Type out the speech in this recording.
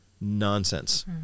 nonsense